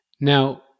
Now